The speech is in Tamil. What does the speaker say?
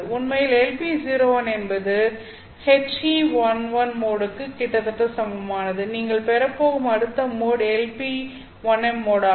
உண்மையில் LP01 என்பது HE11 மோடுக்கு கிட்டத்தட்ட சமமானது நீங்கள் பெறப் போகும் அடுத்த மோட் LP1m மோடாகும்